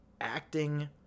acting